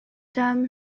them